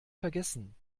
vergessen